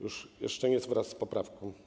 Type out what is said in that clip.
Jeszcze nie wraz z poprawką?